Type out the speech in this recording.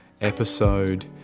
episode